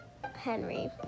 Henry